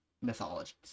mythologies